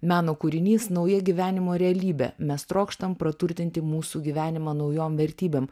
meno kūrinys nauja gyvenimo realybė mes trokštam praturtinti mūsų gyvenimą naujom vertybėm